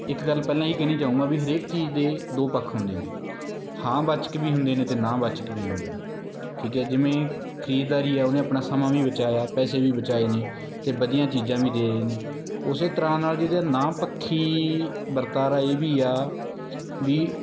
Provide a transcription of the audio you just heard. ਇੱਕ ਗੱਲ ਪਹਿਲਾਂ ਇਹ ਕਹਿਣੀ ਚਾਹੂੰਗਾ ਵੀ ਹਰੇਕ ਚੀਜ਼ ਦੇ ਦੋ ਪੱਖ ਹੁੰਦੇ ਨੇ ਹਾਂ ਵਾਚਕ ਵੀ ਹੁੰਦੇ ਨੇ ਅਤੇ ਨਾਂਹ ਵਾਚਕ ਵੀ ਹੁੰਦੇ ਨੇ ਠੀਕ ਹੈ ਜਿਵੇਂ ਖਰੀਦਦਾਰੀ ਆ ਉਹਨੇ ਆਪਣਾ ਸਮਾਂ ਵੀ ਬਚਾਇਆ ਪੈਸੇ ਵੀ ਬਚਾਏ ਨੇ ਅਤੇ ਵਧੀਆ ਚੀਜ਼ਾਂ ਵੀ ਦੇ ਰਹੇ ਨੇ ਉਸੇ ਤਰ੍ਹਾਂ ਨਾਲ ਜਿਹਦੇ ਨਾਂਹ ਪੱਖੀ ਵਰਤਾਰਾ ਇਹ ਵੀ ਆ ਵੀ